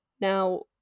Now